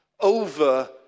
over